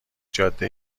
جاده